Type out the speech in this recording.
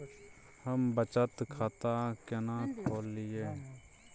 हम बचत खाता केना खोलइयै?